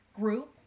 group